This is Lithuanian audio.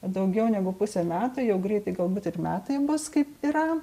daugiau negu pusę metų jau greitai galbūt ir metai bus kaip yra